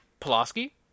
Pulaski